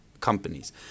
companies